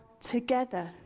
together